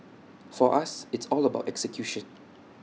for us it's all about execution